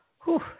Whew